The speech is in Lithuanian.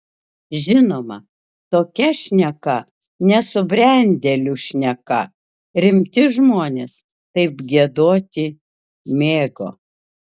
žinoma tokia šneka nesubrendėlių šneka rimti žmonės taip giedoti mėgo